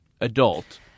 adult